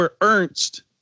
Ernst